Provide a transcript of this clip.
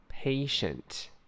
Patient